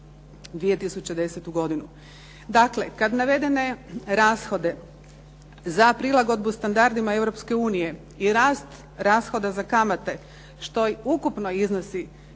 2010. godinu. Dakle kad navedene rashode za prilagodbu standardima Europske unije i rast rashoda za kamate što ukupno iznosi